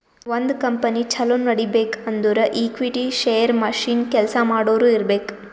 ಒಂದ್ ಕಂಪನಿ ಛಲೋ ನಡಿಬೇಕ್ ಅಂದುರ್ ಈಕ್ವಿಟಿ, ಶೇರ್, ಮಷಿನ್, ಕೆಲ್ಸಾ ಮಾಡೋರು ಇರ್ಬೇಕ್